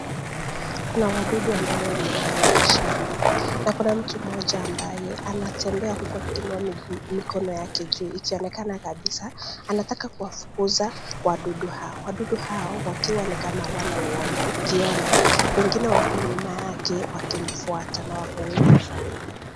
Kuna wadudu ambao wamevamia shamba na kuna mtu mmoja ambaye anatembea huku akiinua mikono yake juu ikionekana kabisa anataka kuwafukuza wadudu hawa. Wadudu hawa wakiwa ni kama hawana uoga ukiona wengine wako nyuma yake wakimfuata na wako wengi sana.